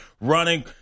running –